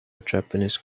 japanese